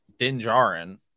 dinjarin